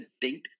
date